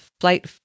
Flight